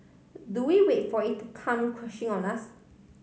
do we wait for it to come crashing on us